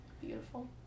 beautiful